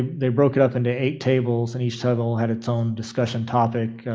they broke up in to eight tables, and each table had its own discussion topic.